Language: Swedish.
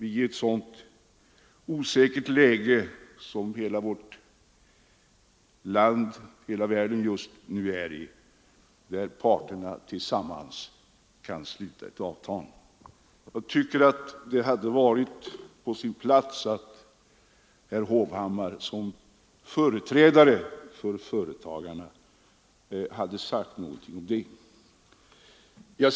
I ett så osäkert läge som hela vårt land — ja, hela världen — befinner sig i har parterna tillsammans kunnat sluta ett avtal, och jag tycker att det hade varit på sin plats att herr Hovhammar som företrädare för företagarna hade sagt någonting om det.